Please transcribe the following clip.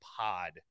pod